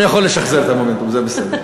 אני יכול לשחזר את המומנטום, זה בסדר.